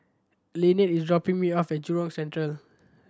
Linette is dropping me off at Jurong Central